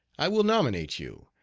i will nominate you.